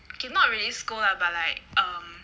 it's not really scold lah but like um